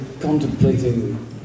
contemplating